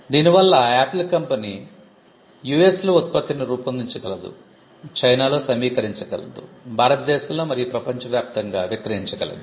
దీని వల్ల Apple company US లో ఉత్పత్తిని రూపొందించగలదు చైనాలో సమీకరించగలదు భారతదేశంలో మరియు ప్రపంచవ్యాప్తంగా విక్రయించగలదు